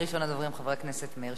חבר הכנסת מאיר שטרית.